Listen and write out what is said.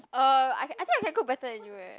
uh I ca~ I think I can cook better then you eh